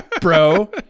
bro